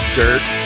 dirt